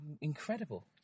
incredible